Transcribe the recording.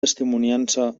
testimoniança